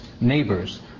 neighbors